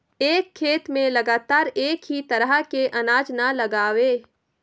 एक खेत में लगातार एक ही तरह के अनाज न लगावें